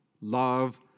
love